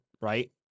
Right